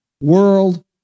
World